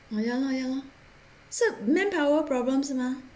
orh ya lor ya lor 是 manpower problems 是吗